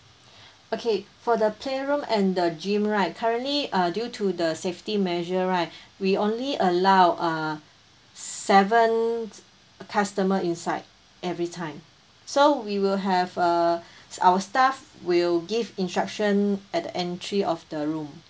okay for the playroom and the gym right currently uh due to the safety measure right we only allow uh seven customer inside every time so we will have uh our staff will give instruction at the entry of the room